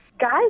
Guys